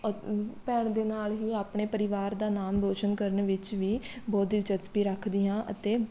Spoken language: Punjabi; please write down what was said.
ਭੈਣ ਦੇ ਨਾਲ ਹੀ ਆਪਣੇ ਪਰਿਵਾਰ ਦਾ ਨਾਮ ਰੋਸ਼ਨ ਕਰਨ ਵਿੱਚ ਵੀ ਬਹੁਤ ਦਿਲਚਸਪੀ ਰੱਖਦੀ ਹਾਂ ਅਤੇ